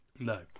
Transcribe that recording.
No